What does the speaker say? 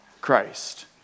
Christ